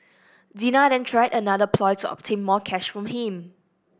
Dina then tried another ploy to obtain more cash from him